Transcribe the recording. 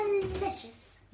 delicious